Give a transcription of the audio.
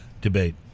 debate